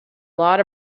lot